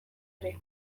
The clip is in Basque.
ere